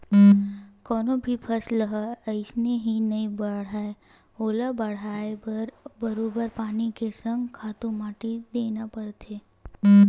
कोनो भी फसल ह अइसने ही नइ बाड़हय ओला बड़हाय बर बरोबर पानी के संग खातू माटी देना परथे